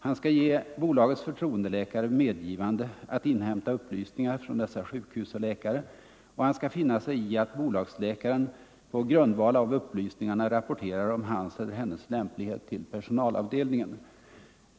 Han skall ge bolagets förtroendeläkare medgivande att inhämta upplysningar från dessa sjukhus och läkare, och han skall finna sig i att bolagsläkaren på grundval av upplysningarna rapporterar om hans eller hennes lämplighet till personalavdelningen.